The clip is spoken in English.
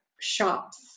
shops